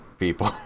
People